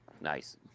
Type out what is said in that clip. nice